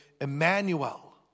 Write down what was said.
Emmanuel